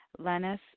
Lennis